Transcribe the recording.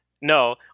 No